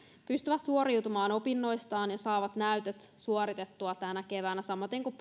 pystyvät suoriutumaan opinnoistaan ja saavat näytöt suoritettua tänä keväänä samaten kuin